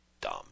dumb